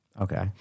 Okay